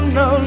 no